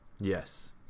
Yes